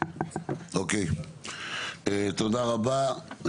תודה רבה.